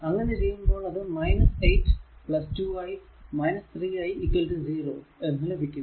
അങ്ങനെ ചെയ്യുമ്പോൾ അത് 8 2 i 3 i 0 എന്ന് ലഭിക്കും